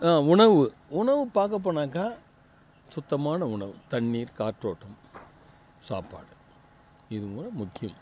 உணவு உணவு பார்க்க போனாக்க சுத்தமான உணவு தண்ணீர் காற்றோட்டம் சாப்பாடு இதுவும் கூட முக்கியம்